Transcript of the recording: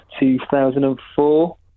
2004